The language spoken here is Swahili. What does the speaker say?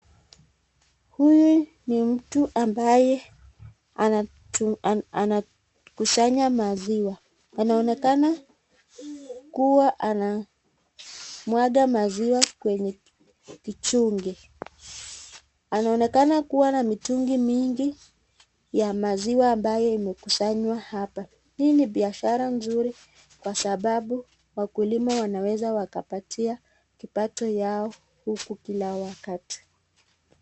Huyu ni mtu ambaye anakusanya maziwa. Anaonekana kuwa anamwaga maziwa kwenye kichunge. Anaonekana kuwa na mitungi mingi ya maziwa ambayo imekusanywa hapa. Hii ni biashara nzuri kwa sababu wakulima wanaweza wakapatia kipato yao huku kila wakati.